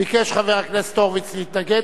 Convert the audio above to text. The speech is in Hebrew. ביקש חבר הכנסת הורוביץ להתנגד.